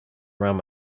around